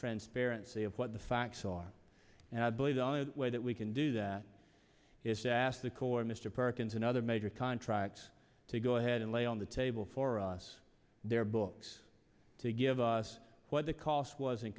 transparency of what the facts are and i believe the only way that we can do that is to ask the court mr perkins and other major contracts to go ahead and lay on the table for us their books to give us what the cost was